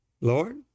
Lord